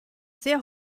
sehr